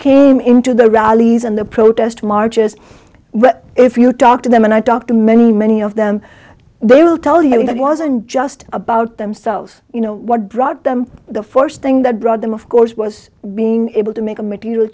came into the rallies and the protest marches but if you talk to them and i talk to many many of them they will tell you it wasn't just about themselves you know what brought them the first thing that brought them of course was being able to make a material